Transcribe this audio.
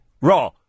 raw